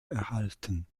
erhalten